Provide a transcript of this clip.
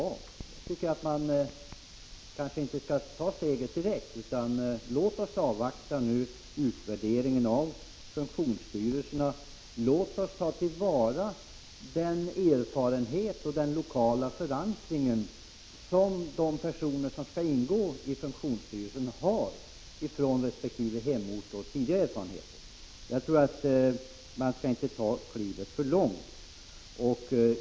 Men jag tycker att vi kanske inte skall ta steget direkt, utan låt oss avvakta utvärderingen av funktionsstyrelserna, och låt oss ta vara på den erfarenhet och den lokala förankring som de personer som skall ingå i funktionsstyrelserna har ifrån resp. hemort och tidigare verksamhet. Jag tror inte att man skall ta detta kliv alltför långt.